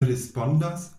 respondas